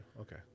Okay